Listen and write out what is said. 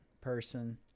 person